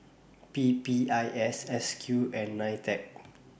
P P I S S Q and NITEC